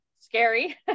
scary